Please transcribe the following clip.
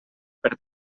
per